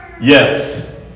Yes